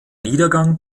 niedergang